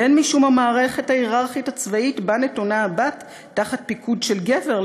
והן משום המערכת ההייררכית הצבאית שבה נתונה הבת תחת פיקוד של גבר,